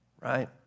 right